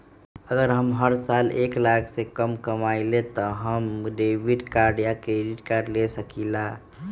अगर हम हर साल एक लाख से कम कमावईले त का हम डेबिट कार्ड या क्रेडिट कार्ड ले सकीला?